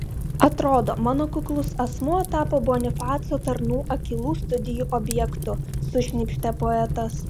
atrodo mano kuklus asmuo tapo bonifaco tarnų akylų studijų objektu sušnypštė poetas